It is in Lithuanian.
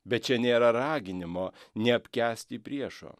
bet čia nėra raginimo neapkęsti priešo